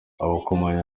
amakompanyi